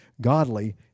godly